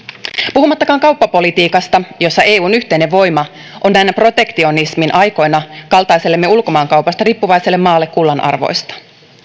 puhumattakaan kauppapolitiikasta jossa eun yhteinen voima on näinä protektionismin aikoina kaltaisellemme ulkomaankaupasta riippuvaiselle maalle kullanarvoista